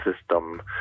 system